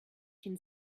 can